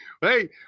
hey